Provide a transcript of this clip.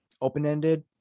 open-ended